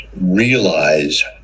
realize